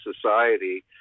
society